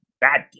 bad